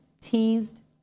teased